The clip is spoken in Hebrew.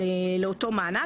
לאותו מענק.